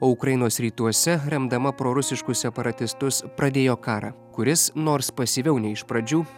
o ukrainos rytuose remdama prorusiškus separatistus pradėjo karą kuris nors pasyviau nei iš pradžių